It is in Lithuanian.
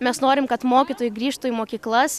mes norim kad mokytojai grįžtų į mokyklas